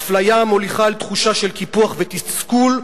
אפליה מוליכה אל תחושה של קיפוח ותסכול,